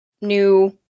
New